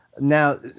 Now